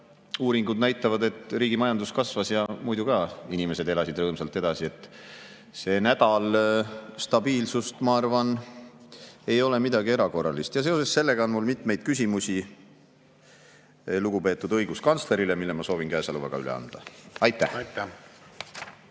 uuringud näitavad, et riigi majandus kasvas ja muidu ka inimesed elasid rõõmsalt edasi. See nädal stabiilsust, ma arvan, ei ole midagi erakorralist. Seoses sellega on mul mitmeid küsimusi lugupeetud õiguskantslerile, mis ma soovin käesolevaga üle anda. Aitäh!